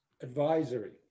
Advisory